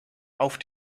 auf